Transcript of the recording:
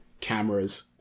cameras